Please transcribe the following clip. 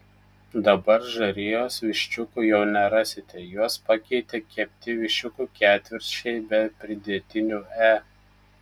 dabar žarijos viščiukų jau nerasite juos pakeitė kepti viščiukų ketvirčiai be pridėtinių e